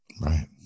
Right